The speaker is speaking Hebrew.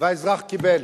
והאזרח קיבל.